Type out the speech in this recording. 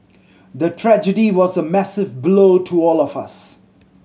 the tragedy was a massive blow to all of us